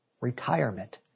retirement